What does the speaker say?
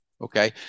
Okay